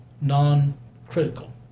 non-critical